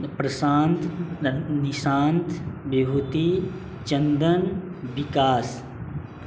Prashant Nishant Vibhuti Chandan Vikas